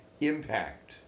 impact